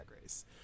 race